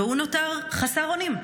והוא נותר חסר אונים.